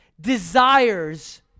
desires